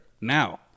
now